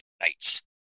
knights